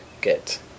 get